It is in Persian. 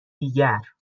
دیگر